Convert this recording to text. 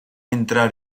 entrar